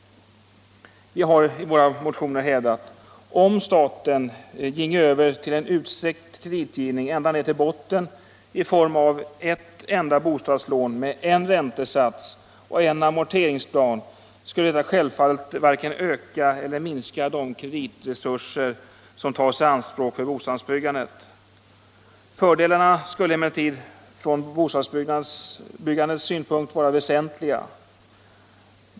Vi har i våra motioner hävdat: Om staten ginge över till en utsträckt kreditgivning ända ned till botten i form av ett enda bostadslån med en räntesats och en amorteringsplan, skulle detta självfallet varken öka eller minska de kreditresurser som tas i anspråk för bostadsbyggandet. Fördelarna skulle emellertid från bostadsbyggandets synpunkt vara väsentliga.